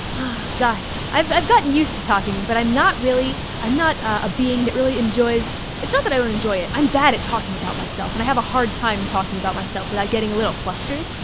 gosh. i've i've gotten used to talking, but i'm not really. i'm not a being that really enjoys. it's not that i don't enjoy it. i'm bad at talking about myself and i have a hard time talking about myself without getting a little flustered,